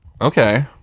Okay